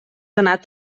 anat